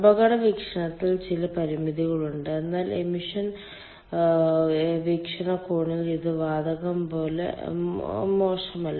അപകട വീക്ഷണത്തിന് ചില പരിമിതികളുണ്ട് എന്നാൽ എമിഷൻ വീക്ഷണകോണിൽ ഇത് വാതകം പോലെ മോശമല്ല